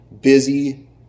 busy